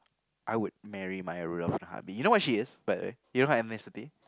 I would marry Maya-Rudolph in a heartbeat you know what she is by the way you know her ethnicity